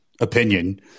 opinion